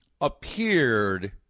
appeared